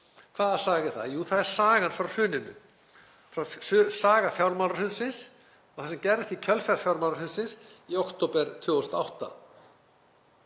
hvaða saga er það? Jú, það er sagan frá hruninu, saga fjármálahrunsins og það sem gerðist í kjölfar fjármálahrunsins í október 2008.